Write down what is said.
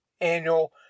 annual